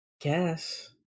guess